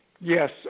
Yes